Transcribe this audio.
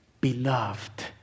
beloved